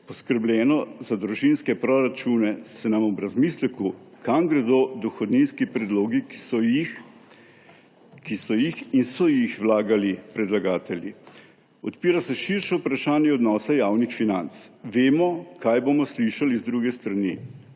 poskrbljeno za družinske proračune, se nam ob razmisleku, kam gredo dohodninski predlogi, ki so jih vlagali predlagatelji, odpira širše vprašanje odnosa javnih financ. Vemo, kaj bomo slišali z druge strani,